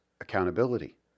accountability